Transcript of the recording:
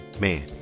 man